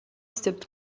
stepped